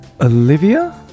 Olivia